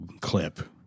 clip